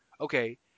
Okay